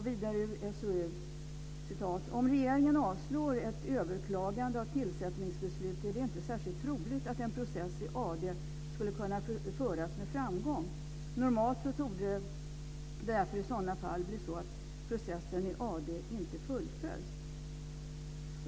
Vidare ur SOU: "Om regeringen avslår ett överklagande av tillsättningsbeslut är det inte särskilt troligt att en process i AD skulle kunna föras med framgång. Normalt torde det bli så i sådana fall att processen inte fullföljs."